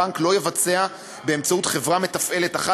בנק לא יבצע באמצעות חברה מתפעלת אחת